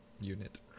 Unit